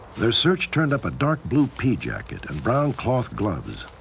their search turned up a dark blue pea jacket and brown cloth gloves.